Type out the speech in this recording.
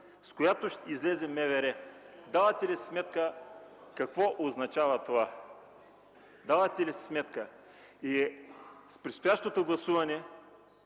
с която ще излезе МВР. Давате ли си сметка какво означава това?! Давате ли си сметка?! С предстоящото гласуване